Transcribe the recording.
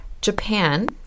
Japan